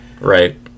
Right